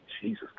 Jesus